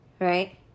Right